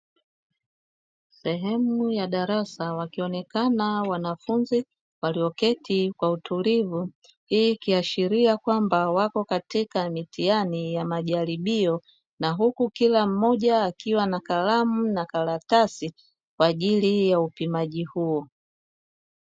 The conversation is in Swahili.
Sehemu ya darasa wakionekana wanafunzi walioketi kwa utulivu, hii ikiashiria kwamba wako katika mitihani ya majaribio na huku kila mmoja akiwa na kalamu na karatasi, kwa ajili ya upimaji huo.